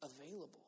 available